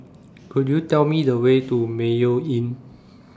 Could YOU Tell Me The Way to Mayo Inn